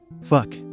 Fuck